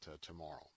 tomorrow